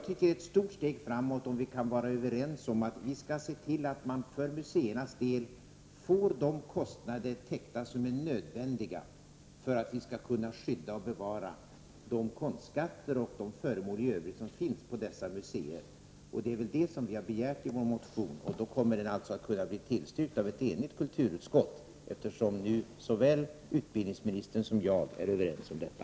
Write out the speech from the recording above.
Det är ett stort steg framåt om vi kan vara överens om att vi skall se till att museerna får de kostnader täckta som är nödvändiga för att de skall kunna skydda och bevara de konstskatter och de föremål i Övrigt som finns på dessa museer. Det är det som vi har begärt i vår motion, och den kommer alltså att kunna bli tillstyrkt av ett enigt kulturutskott, eftersom utbildningsministern och jag är överens om detta.